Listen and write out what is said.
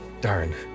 Darn